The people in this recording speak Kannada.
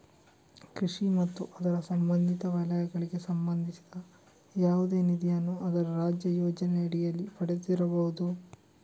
ಕೃಷಿ ಮತ್ತು ಅದರ ಸಂಬಂಧಿತ ವಲಯಗಳಿಗೆ ಸಂಬಂಧಿಸಿದ ಯಾವುದೇ ನಿಧಿಯನ್ನು ಅದರ ರಾಜ್ಯ ಯೋಜನೆಯಡಿಯಲ್ಲಿ ಪಡೆದಿರಬಹುದು